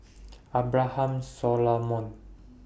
Abraham Solomon